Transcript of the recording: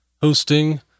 hosting